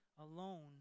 alone